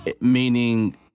Meaning